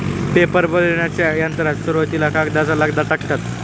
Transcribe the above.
paper बनविण्याच्या यंत्रात सुरुवातीला कागदाचा लगदा टाकतात